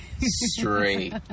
straight